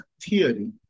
theory